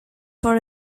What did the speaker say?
for